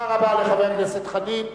לחבר הכנסת חנין.